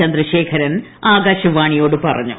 ചന്ദ്രശേഖരൻ ആകാശവാണിയോട് പറഞ്ഞു